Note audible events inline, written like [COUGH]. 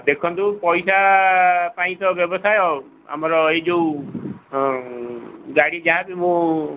ଦେଖନ୍ତୁ ପଇସା ପାଇଁ ତ ବ୍ୟବସାୟ ଆଉ ଆମର ଏଇ ଯୋଉ ଗାଡ଼ି [UNINTELLIGIBLE] ମୁଁ